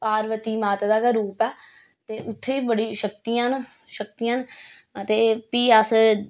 पार्वती माता दा गै रूप ऐ ते उत्थें बी बड़ियां शक्तियां न शक्तियां न ते फ्ही अस